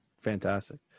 Fantastic